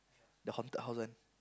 the haunted house one